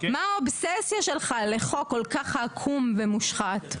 מה האובססיה שלך לחוק כל כך עקום ומושחת?